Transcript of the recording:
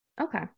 Okay